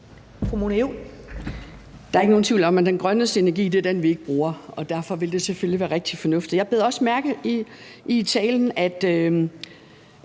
Der er ikke nogen tvivl om, at den grønneste energi er den, vi ikke bruger, og derfor vil det selvfølgelig være rigtig fornuftigt at spare. Jeg bed også mærke i, at